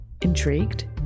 Intrigued